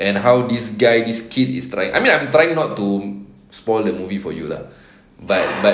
and how this guy this kid is trying I mean I'm trying not to spoil the movie for you lah but but